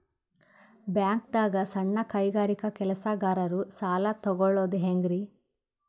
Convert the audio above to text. ಬ್ಯಾಂಕ್ದಾಗ ಸಣ್ಣ ಕೈಗಾರಿಕಾ ಕೆಲಸಗಾರರು ಸಾಲ ತಗೊಳದ್ ಹೇಂಗ್ರಿ?